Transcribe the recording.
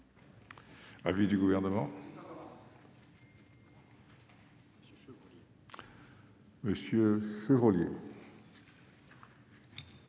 L'avis du gouvernement. Monsieur Chevalier.